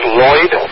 Lloyd